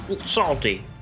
salty